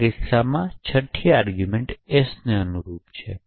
તેથી આ કિસ્સામાં છઠ્ઠી આરગ્યૂમેંટ s ને અનુરૂપ છે